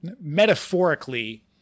metaphorically